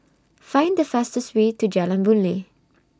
Find The fastest Way to Jalan Boon Lay